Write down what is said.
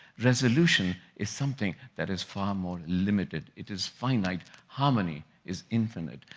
resolution is something that is far more limited. it is finite harmony is infinite.